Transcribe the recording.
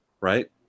Right